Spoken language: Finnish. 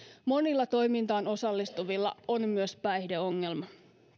monilla toimintaan osallistuvilla on myös päihdeongelma